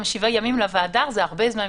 גם שבעה ימים לוועדה זה הרבה זמן,